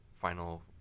final